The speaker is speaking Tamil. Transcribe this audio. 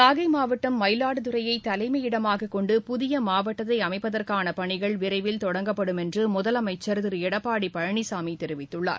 நாகைமாவட்டம் கொண்டு மயிலாடுதுறையைமையிடமாகக் புதியமாவட்டத்தைஅமைப்பதற்கானபணிகள் விரைவில் தொடங்கப்படும் என்றுமுதலமைச்சர் திருளடப்பாடிபழனிசாமிதெரிவித்துள்ளார்